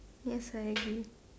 yes I agree